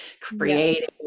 creating